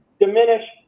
diminish